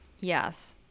Yes